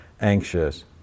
anxious